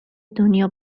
دنیا